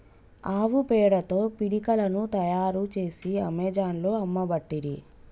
ఆవు పేడతో పిడికలను తాయారు చేసి అమెజాన్లో అమ్మబట్టిరి